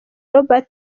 robert